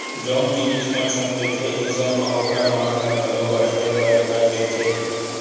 जउन जिनिस म छूट रहिथे अइसन म ओखर मांग ह घलो बड़हे बर धर लेथे